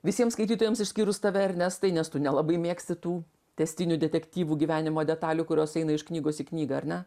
visiems skaitytojams išskyrus tave ernestai nes tu nelabai mėgsti tų tęstinių detektyvų gyvenimo detalių kurios eina iš knygos į knygą ar ne